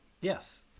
Yes